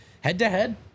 Head-to-head